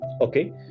Okay